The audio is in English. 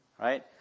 right